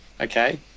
Okay